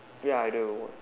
ya I do what